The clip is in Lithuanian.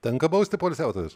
tenka bausti poilsiautojus